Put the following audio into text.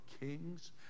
kings